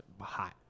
Hot